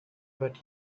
but